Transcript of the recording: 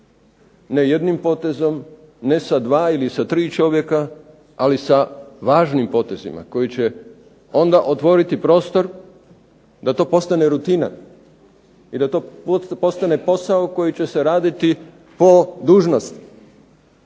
ne jednim potezom, ne sa dva ili sa tri čovjeka, ali sa važnim potezima koji će onda otvoriti prostor da to postane rutina i da to postane posao koji će se raditi po dužnosti